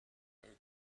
oak